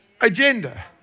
agenda